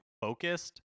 focused